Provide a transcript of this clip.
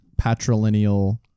patrilineal